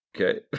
Okay